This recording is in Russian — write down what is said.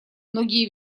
многие